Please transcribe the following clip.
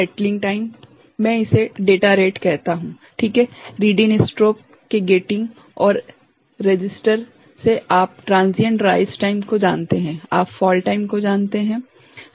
settling time मैं इसे data rate कहता हूँ ठीक है - रीड इन स्ट्रोब के गेटिंग और रेसिस्टर से आप ट्रांसिएंट राइस टाइम को जानते हैं आप फॉल टाइम को जानते हैं सभी सैटल हो रहे है